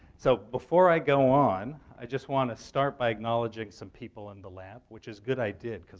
so before i go on, i just want to start by acknowledging some people in the lab, which is good i did,